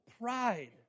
pride